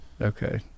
okay